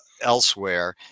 elsewhere